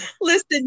Listen